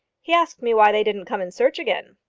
he asked me why they didn't come and search again.